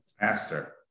master